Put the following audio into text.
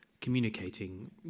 communicating